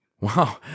Wow